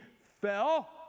fell